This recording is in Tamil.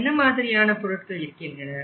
என்ன மாதிரியான பொருட்கள் இருக்கின்றன